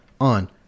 on